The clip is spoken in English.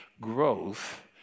growth